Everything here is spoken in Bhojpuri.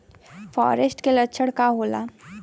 फारेस्ट के लक्षण का होला?